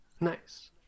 Nice